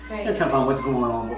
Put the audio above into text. upon what's going on